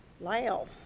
lyle